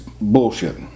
bullshit